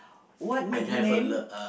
what nickname